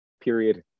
period